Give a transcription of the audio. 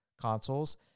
consoles